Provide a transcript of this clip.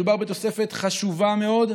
מדובר בתוספת חשובה מאוד,